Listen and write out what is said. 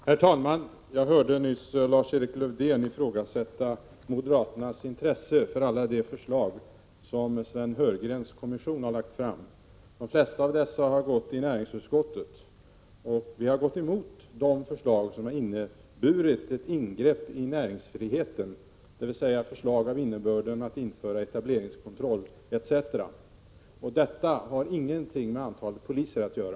Herr talman! Jag hörde nyss Lars-Erik Lövdén ifrågasätta moderaternas intresse för alla de förslag som Sven Heurgrens kommission har lagt fram. De flesta av dessa förslag har gått till näringsutskottet. Vi har gått emot de förslag som innebär ett ingrepp i näringsfriheten, dvs. förslag av innebörden att man skall införa etableringskontroll etc. Detta har ingenting med antalet poliser att göra.